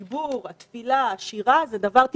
הדיבור, התפילה, השירה זה דבר טיפתי.